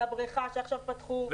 לבריכה שעכשיו פתחו.